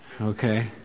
Okay